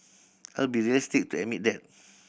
I'll be realistic to admit that